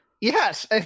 yes